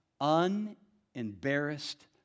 unembarrassed